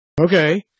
Okay